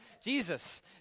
Jesus